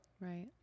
Right